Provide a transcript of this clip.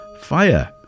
fire